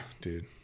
dude